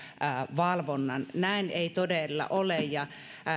valvonnan näin ei todella ole ja